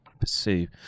pursue